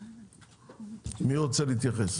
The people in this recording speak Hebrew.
מי רוצה להתייחס?